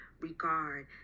regard